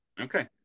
Okay